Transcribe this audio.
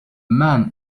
man